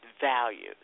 values